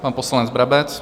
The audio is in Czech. Pan poslanec Brabec.